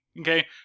Okay